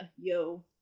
yo